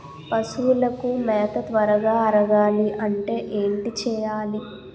పశువులకు మేత త్వరగా అరగాలి అంటే ఏంటి చేయాలి?